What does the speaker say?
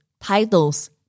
titles